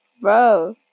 bro